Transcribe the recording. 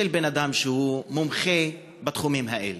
של בן-אדם שהוא מומחה בתחומים האלה.